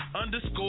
underscore